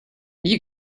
you